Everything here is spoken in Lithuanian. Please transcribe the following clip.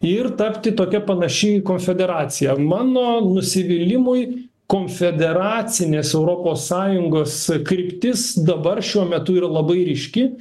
ir tapti tokia panaši į konfederaciją mano nusivylimui konfederacinės europos sąjungos kryptis dabar šiuo metu yra labai ryški